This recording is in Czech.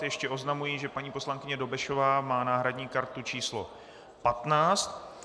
Ještě oznamuji, že paní poslankyně Dobešová má náhradní kartu číslo 15.